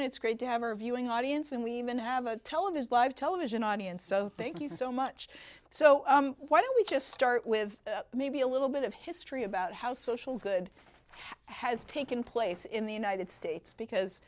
and it's great to have our viewing audience and we even have a television live television audience so thank you so much so why don't we just start with maybe a little bit of history about how social good has taken place in the united states because